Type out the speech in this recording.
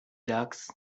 ducks